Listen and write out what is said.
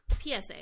psa